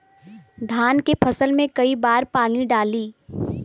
धान के फसल मे कई बारी पानी डाली?